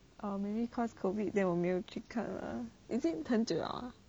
um maybe cause COVID then 我没有去看啦 is it 很久了